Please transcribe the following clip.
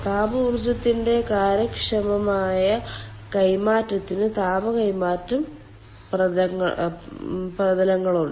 താപ ഊർജ്ജത്തിന്റെ കാര്യക്ഷമമായ കൈമാറ്റത്തിന് താപ കൈമാറ്റ പ്രതലങ്ങളുണ്ട്